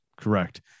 Correct